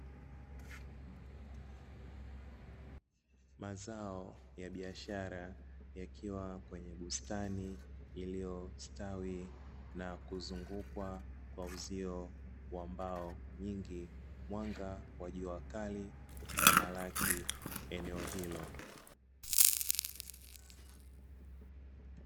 Mazao ya biashara yakiwa kwenye bustani iliyostawi, na kuzungukwa kwa uzio kwa mbao nyingi, mwanga wa jua kali ukitamalaki eneo hilo.